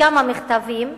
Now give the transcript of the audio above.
כמה מכתבים.